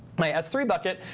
my s three bucket,